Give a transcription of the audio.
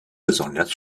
besonders